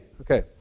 Okay